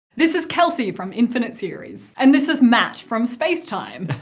this is kelsey from infinite series. and this is matt from space time.